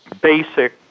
basic